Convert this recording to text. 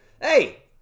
Hey